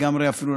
לגמרי אפילו,